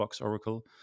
Oracle